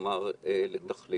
כלומר מה התכלית.